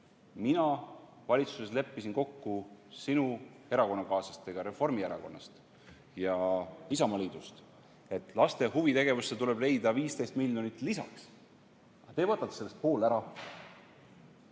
Mina valitsuses leppisin kokku sinu erakonnakaaslastega Reformierakonnast ja Isamaaliiduga, et laste huvitegevusse tuleb leida 15 miljonit lisaks. Te võtate sellest pool ära,